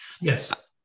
Yes